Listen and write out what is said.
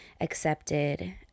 accepted